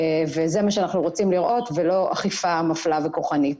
זה מה שאנחנו רוצים לראות ולא אכיפה מפלה וכוחנית.